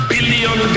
billion